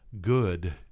good